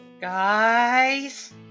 Guys